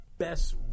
Best